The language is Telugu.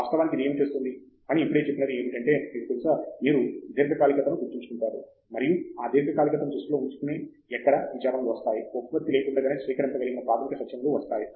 దేశ్పాండే వాస్తవానికి ఇది ఏమి తెస్తుంది ఫణి ఇప్పుడే చెప్పినది ఏమిటంటే మీకు తెలుసా మీరు దీర్ఘకాలికతను గుర్తుంచుకుంటారు మరియు ఆ దీర్ఘకాలికతను దృష్టిలో ఉంచుకునే ఎక్కడ విచారణలు వస్తాయి ఉపపత్తి లేకుండగనే స్వీకరింపగలిగే ప్రాథమిక సత్యములు వస్తాయి